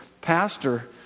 pastor